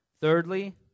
Thirdly